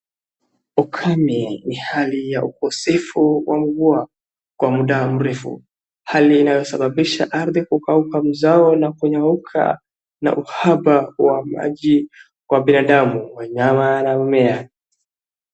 Ukame ni hali ya ukosefu wa mvua kwa muda mrefu hali inayosababisha ardhi kukauka, mzao kunyauka na uhaba wa maji kwa binadamu, wanyama na mimea.